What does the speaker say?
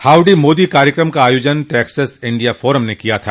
howdy Modi कार्यक्रम का आयोजन टैक्सस इंडिया फोरम ने किया था